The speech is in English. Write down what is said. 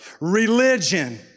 Religion